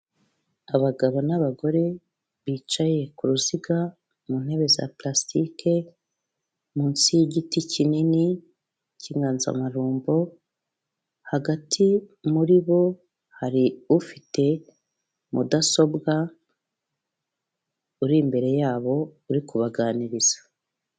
Abagabo n'abagore bicaye ku ruziga mu ntebe za plastique, munsi y'igiti kinini cy'inganzamarumbo, hagati muri bo hari ufite mudasobwa, uri imbere yabo uri kubaganiriza.